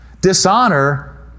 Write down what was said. Dishonor